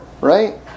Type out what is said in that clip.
right